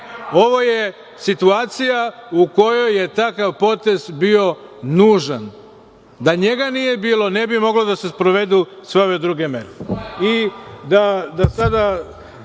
Ovo je situacija u kojoj je takav potez bio nužan. Da njega nije bilo, ne bi mogle da se sprovedu sve ove druge mere. Ja